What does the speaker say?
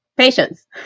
Patience